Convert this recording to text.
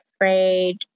afraid